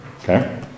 okay